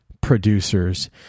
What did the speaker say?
producers